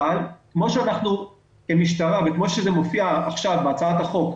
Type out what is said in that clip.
אבל כמו שזה מופיע עכשיו בהצעת החוק,